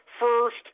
first